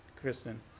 Kristen